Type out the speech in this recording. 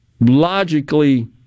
logically